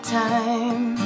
time